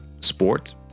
sport